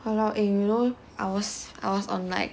!walao! eh you know I was I was on like